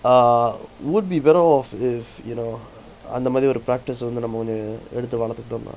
uh would be better off if you know அந்த மாறி ஒரு:antha mari oru practice வந்து நம்ம வந்து எடுத்து வளத்து கிட்டனா:vanthu namma vanthu eduthu valathu kittana